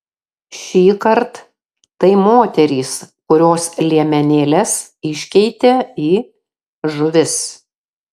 šįkart tai moterys kurios liemenėles iškeitė į žuvis